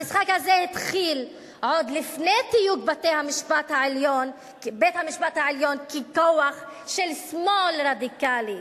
המשחק הזה התחיל עוד לפני תיוג בית-המשפט העליון ככוח של שמאל רדיקלי.